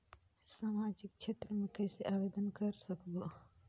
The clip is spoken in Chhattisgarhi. समाजिक क्षेत्र मे कइसे आवेदन कर सकबो?